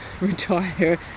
retire